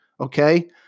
Okay